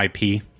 IP